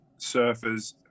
surfers